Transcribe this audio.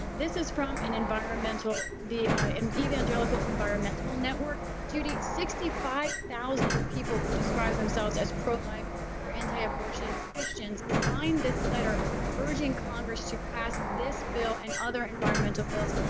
this is from an environmental the um evangelical environmental network. judy, sixty five thousand people who describe themselves as pro-life or anti-abortion christians signed this letter urging congress to pass this bill and other environmental bills.